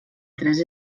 tres